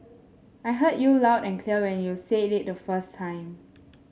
I heard you loud and clear when you said it the first time